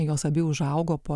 jos abi užaugo po